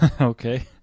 Okay